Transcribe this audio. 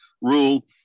rule